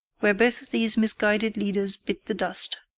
where both of these misguided leaders bit the dust.